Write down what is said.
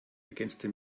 ergänzte